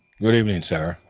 good evening, sir.